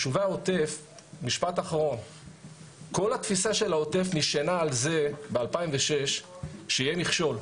כל התפיסה של העוטף נשענה ב-2006 שיהיה מכשול,